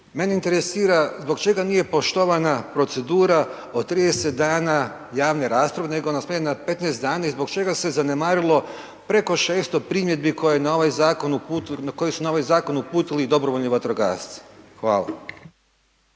mene interesira zbog čega nije poštovana procedura o 30 dana javne rasprave nego je ona .../Govornik se ne razumije./... na 15 dana i zbog čega se zanemarilo preko 600 primjedbi koje su na ovaj zakon uputili i dobrovoljni vatrogasci? Hvala.